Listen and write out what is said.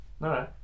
no